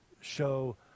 show